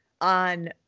on